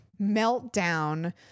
meltdown